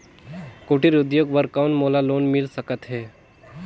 कुटीर उद्योग बर कौन मोला लोन मिल सकत हे?